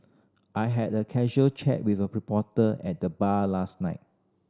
I had a casual chat with a reporter at the bar last night